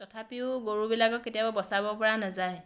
তথাপিও গৰুবিলাকক কেতিয়াবা বচাব পৰা নাযায়